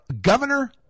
Governor